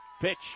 Pitch